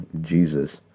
Jesus